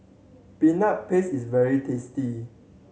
Peanut Paste is very tasty